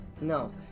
No